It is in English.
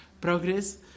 progress